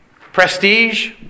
Prestige